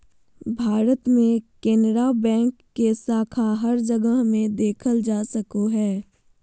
भारत मे केनरा बैंक के शाखा हर जगह मे देखल जा सको हय